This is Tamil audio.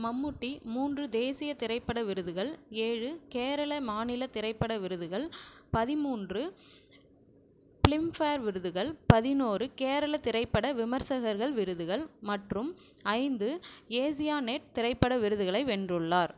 மம்முட்டி மூன்று தேசிய திரைப்பட விருதுகள் ஏழு கேரள மாநில திரைப்பட விருதுகள் பதிமூன்று பிலிம்பேர் விருதுகள் பதினொரு கேரள திரைப்பட விமர்சகர்கள் விருதுகள் மற்றும் ஐந்து ஏசியாநெட் திரைப்பட விருதுகளை வென்றுள்ளார்